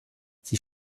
sie